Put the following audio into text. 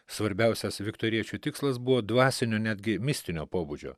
svarbiausias viktoriečių tikslas buvo dvasiniu netgi mistinio pobūdžio